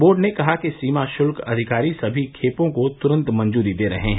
board ने कहा कि सीमा शुल्क अधिकारी सभी खेपों को तुरंत मंजूरी दे रहे हैं